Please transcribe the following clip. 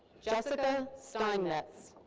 jessica steinmetz.